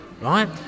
right